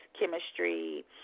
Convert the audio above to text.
chemistry